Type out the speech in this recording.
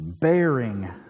bearing